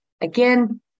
Again